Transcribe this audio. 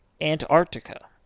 Antarctica